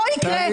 לא יקרה,